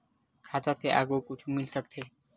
खाता से आगे कुछु मिल सकथे?